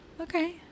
Okay